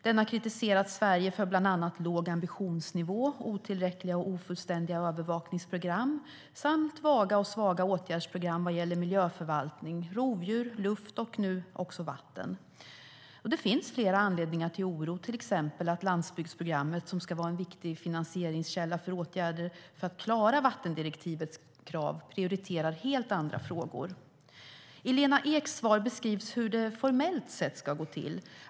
Den har kritiserat Sverige för bland annat låg ambitionsnivå, otillräckliga och ofullständiga övervakningsprogram samt vaga och svaga åtgärdsprogram vad gäller miljöförvaltning, rovdjur, luft och nu också vatten. Det finns flera anledningar till oro, till exempel att landsbygdsprogrammet, som ska vara en viktig finansieringskälla för åtgärder för att klara vattendirektivets krav, prioriterar helt andra frågor. I Lena Eks svar beskrivs hur det formellt sett ska gå till.